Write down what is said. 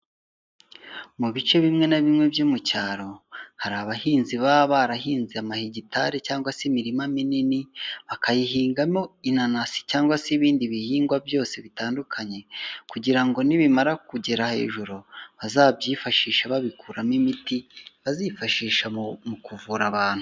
Mu bice bimwe na bimwe byo mu cyaro, hari abahinzi baba barahinze amahegitari cyangwa se imirima minini, bakayihingamo inanasi cyangwa se ibindi bihingwa byose bitandukanye kugira ngo nibimara kugera hejuru, bazabyifashishe babikuramo imiti, bazifashisha mu kuvura abantu.